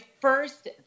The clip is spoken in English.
first